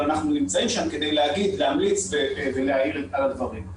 אבל אנחנו נמצאים שם כדי להמליץ ולהעיר על הדברים.